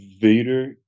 Vader